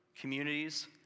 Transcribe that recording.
communities